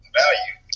value